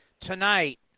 tonight